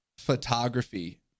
photography